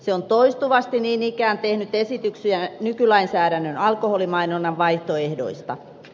se on toistuvasti niin ikään tehnyt esityksiä nykylainsäädännön alkoholimainonnan vaihtoehdoista